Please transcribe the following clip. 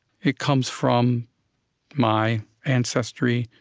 it comes from my ancestry,